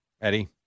Eddie